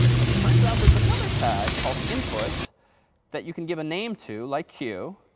but it turns out there's another tag called input that you can give a name to like q,